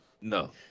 No